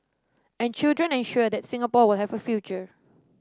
and children ensure that Singapore will have a future